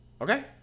Okay